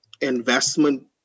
investment